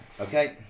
Okay